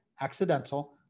accidental